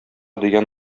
дигән